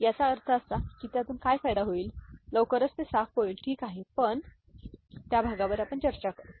याचा अर्थ असा आहे की त्यातून काय फायदा होईल लवकरच ते साफ होईल ठीक आहे आपण त्या भागावर चर्चा करू